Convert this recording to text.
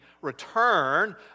return